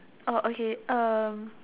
oh okay um